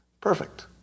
Perfect